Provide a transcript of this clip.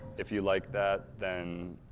if you like that then,